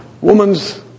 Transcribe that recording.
woman's